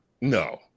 No